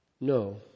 no